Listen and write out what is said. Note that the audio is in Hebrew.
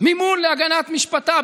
מימון להגנת משפטה,